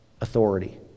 authority